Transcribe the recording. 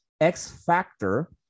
x-factor